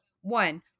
one